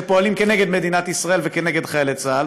שפועלים נגד מדינת ישראל ונגד חיילי צה"ל.